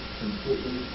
completely